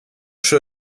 show